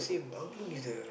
same